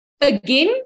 Again